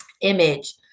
image